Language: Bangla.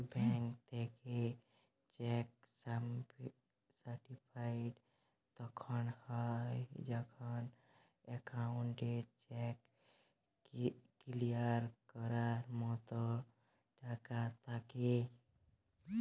ব্যাংক থ্যাইকে চ্যাক সার্টিফাইড তখল হ্যয় যখল একাউল্টে চ্যাক কিলিয়ার ক্যরার মতল টাকা থ্যাকে